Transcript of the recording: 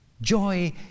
Joy